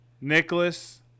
Nicholas